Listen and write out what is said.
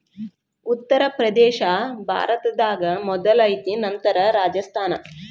ಉತ್ತರ ಪ್ರದೇಶಾ ಭಾರತದಾಗ ಮೊದಲ ಐತಿ ನಂತರ ರಾಜಸ್ಥಾನ